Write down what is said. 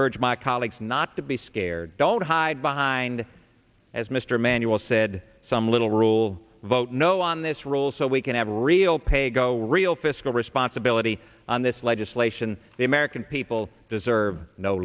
urge my colleagues not to be scared don't hide behind as mr emanuel said some little rule vote no on this rule so we can have real pay go real fiscal responsibility on this legislation the american people deserve no